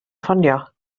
ffonio